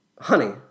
honey